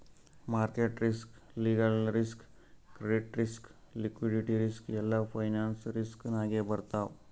market risk, legal risk, credit risk, liquidity risk ಎಲ್ಲಾ finance risk ನಾಗೆ ಬರ್ತಾವ್